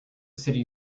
city